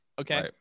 Okay